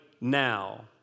now